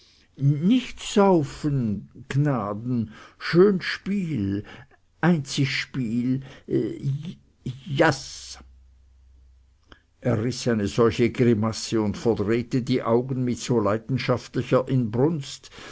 nicht saufen gnaden schön spiel einzig spiel j aß er riß eine solche grimasse und verdrehte die augen mit so leidenschaftlicher inbrunst